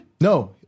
no